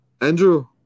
Andrew